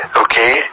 okay